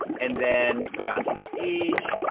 and then go down to the age,